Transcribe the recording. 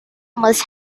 must